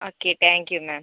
okay thank you ma'am